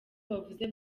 bavuze